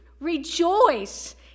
rejoice